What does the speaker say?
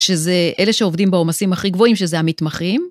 שזה אלה שעובדים בעומסים הכי גבוהים שזה המתמחים.